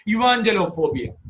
Evangelophobia